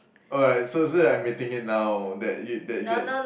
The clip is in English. oh yeah so so you're mating it now that it that that